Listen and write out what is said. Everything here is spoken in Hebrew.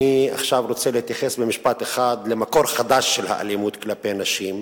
אני עכשיו רוצה להתייחס במשפט אחד למקור חדש של האלימות כלפי הנשים,